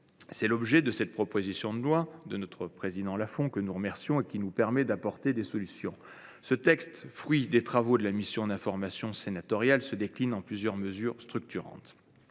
C’est l’objet de cette proposition de loi du président Lafon, que nous remercions, laquelle nous permet d’apporter des solutions. Ce texte, fruit des travaux de la mission conjointe de contrôle, se décline en plusieurs mesures structurantes.